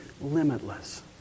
limitless